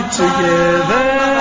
together